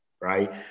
right